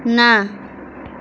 ନା